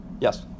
Yes